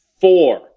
four